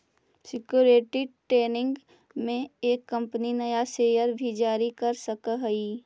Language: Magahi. सिक्योरिटी ट्रेनिंग में एक कंपनी नया शेयर भी जारी कर सकऽ हई